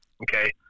Okay